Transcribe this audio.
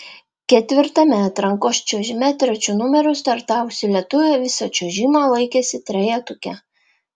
ketvirtame atrankos čiuožime trečiu numeriu startavusi lietuvė visą čiuožimą laikėsi trejetuke